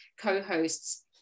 co-hosts